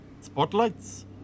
spotlights